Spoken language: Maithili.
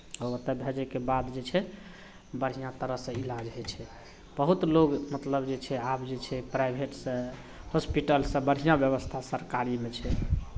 आओर ओतय भेजयके बाद जे छै बढ़िआँ तरहसँ इलाज होइ छै बहुत लोक मतलब जे छै आब जे छै प्राइभेटसँ हॉस्पिटलसभ बढ़िआँ व्यवस्था सरकारीमे छै